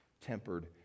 tempered